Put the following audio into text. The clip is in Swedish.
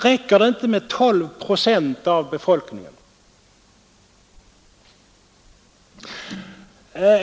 Räcker det inte med 12 procent av befolkningen?